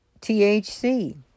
THC